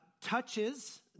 touches